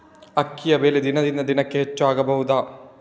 ಅಕ್ಕಿಯ ಬೆಲೆ ದಿನದಿಂದ ದಿನಕೆ ಹೆಚ್ಚು ಆಗಬಹುದು?